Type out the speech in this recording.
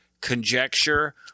conjecture